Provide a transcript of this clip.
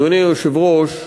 אדוני היושב-ראש,